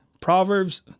Proverbs